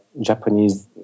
Japanese